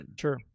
sure